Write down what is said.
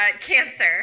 Cancer